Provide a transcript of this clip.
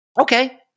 Okay